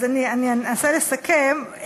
אז אני אנסה לסכם.